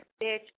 bitch